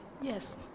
Yes